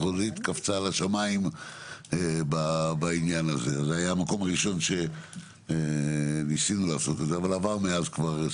שהוא אחוז מסוים של השתתפות וזה בעצם האחוז שנקבע בחוק.